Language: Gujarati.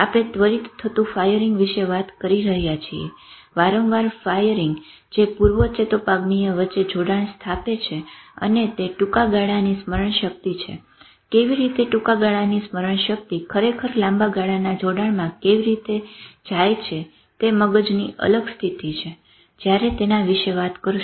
આપણે ત્વરિત થતું ફાયરીંગ વિશે વાત કરી રહ્યા છીએ વારંવાર ફાયરીંગ જે પૂર્વ ચેતોપાગમીય વચ્ચે જોડાણ સ્થાપે છે અને તે ટુંકા ગાળાની સ્મરણ શક્તિ છે કેવી રીતે ટુંકા ગાળાની સ્મરણ શક્તિ ખરેખર લાંબા ગાળાના જોડાણમાં કેવી રીતે જાય છે તે મગજની અલગ સ્થિતિ છે આપણે તેના વિશે વાત કરશું